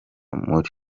muri